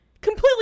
Completely